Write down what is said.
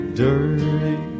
dirty